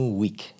week